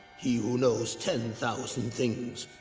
he who knows ten thousand things?